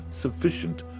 sufficient